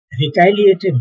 retaliated